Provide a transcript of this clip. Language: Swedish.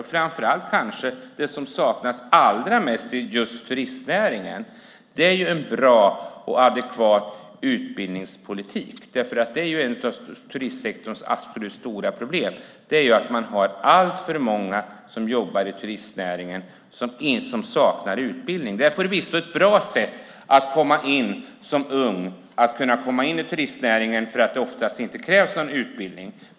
Det som kanske saknas allra mest i just turistnäringen är en bra och adekvat utbildningspolitik. Ett av turistsektorns stora problem är att man har alltför många som jobbar inom denna näring och som saknar utbildning. Förvisso är det bra att som ung komma in i turistnäringen eftersom det oftast inte krävs någon utbildning.